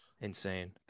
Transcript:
Insane